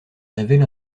révèle